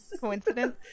coincidence